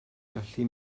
gallu